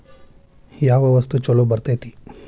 ಯಾವ ವಸ್ತು ಛಲೋ ಬರ್ತೇತಿ?